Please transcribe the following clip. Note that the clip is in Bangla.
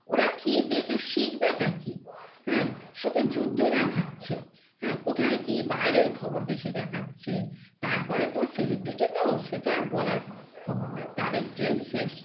ওরা কী দেখে শিখবেটা কি হ্যাঁ শুধু যুদ্ধ দেখাচ্ছে হ্যাঁ কোথায় কী বাইরের খবর বেশি দেখাচ্ছে তারপরে তো সেলিব্রিটি তো সে তো আর বলার খবর না তাদের ড্রেস ফ্রেস